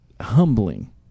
humbling